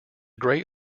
great